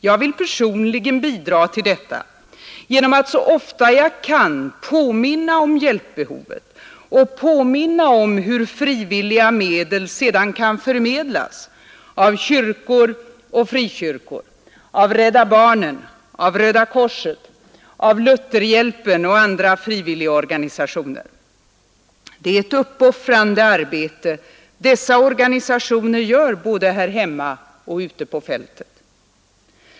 Jag vill personligen bidra till detta genom att så ofta jag kan påminna om hjälpbehovet och påminna om hur frivilliga medel sedan kan förmedlas av kyrkor och frikyrkor, av Rädda barnen, av Röda korset, av Lutherhjälpen och andra frivilligorganisationer. Det är ett uppoffrande arbete som dessa organisationer gör både här hemma och ute på fältet.